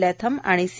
Latham आणि C